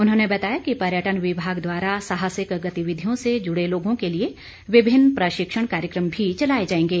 उन्होंने बताया कि पर्यटन विभाग द्वारा साहसिक गतिविधियों से जुड़े लोगों के लिए विभिन्न प्रशिक्षण कार्यक्रम भी चलाए जाएंगे